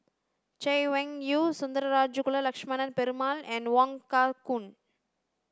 Chay Weng Yew Sundarajulu Lakshmana Perumal and Wong Kah Chun